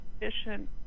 efficient